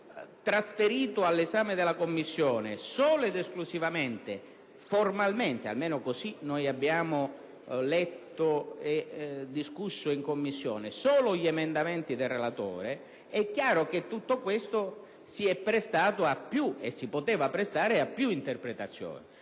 formalmente all'esame della Commissione solo ed esclusivamente - almeno così abbiamo letto e discusso in Commissione - gli emendamenti del relatore, è chiaro che ciò si è prestato e si poteva prestare a più interpretazioni,